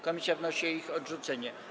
Komisja wnosi o ich odrzucenie.